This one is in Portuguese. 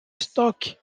estoque